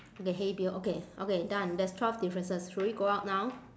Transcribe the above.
okay hey bill okay okay done there's twelve differences should we go out now